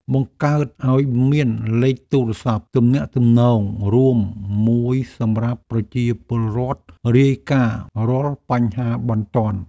បង្កើតឱ្យមានលេខទូរស័ព្ទទំនាក់ទំនងរួមមួយសម្រាប់ប្រជាពលរដ្ឋរាយការណ៍រាល់បញ្ហាបន្ទាន់។